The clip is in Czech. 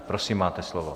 Prosím, máte slovo.